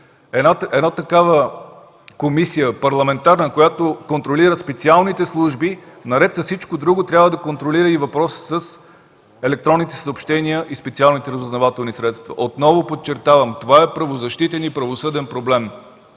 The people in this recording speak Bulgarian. една такава парламентарна комисия, която контролира специалните служби, наред с всичко друго трябва да контролира и въпроса с електронните съобщения и специалните разузнавателни средства. Отново подчертавам, това е правозащитен и правосъден проблем.